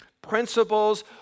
principles